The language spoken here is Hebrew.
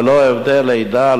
ללא הבדל עדה,